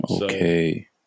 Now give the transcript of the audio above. Okay